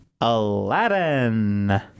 Aladdin